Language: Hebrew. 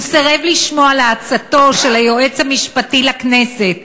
הוא סירב לשמוע לעצתו של היועץ המשפטי לכנסת,